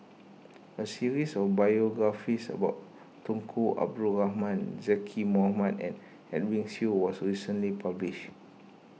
a series of biographies about Tunku Abdul Rahman Zaqy Mohamad and Edwin Siew was recently published